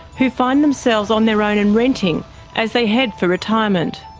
who find themselves on their own and renting as they head for retirement.